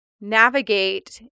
navigate